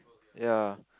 ya